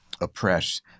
oppress